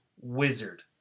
wizard